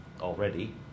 already